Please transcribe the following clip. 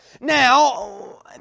Now